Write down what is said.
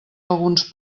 alguns